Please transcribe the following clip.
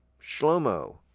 Shlomo